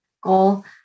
goal